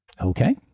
Okay